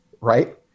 right